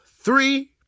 three